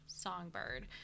songbird